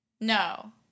No